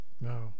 No